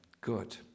Good